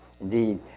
Indeed